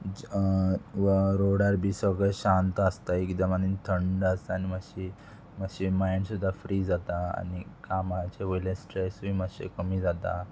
रोडार बी सगळे शांत आसता एकदम आनी थंड आसता आनी मातशी मातशी मायंड सुद्दां फ्री जाता आनी कामाच्या वयल्या स्ट्रेसूय मातशें कमी जाता